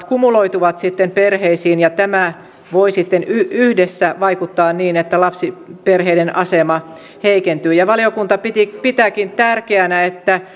kumuloituvat sitten perheisiin ja tämä voi sitten yhdessä vaikuttaa niin että lapsiperheiden asema heikentyy valiokunta pitääkin tärkeänä että